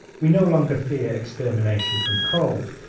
we no longer fear extermination from cold.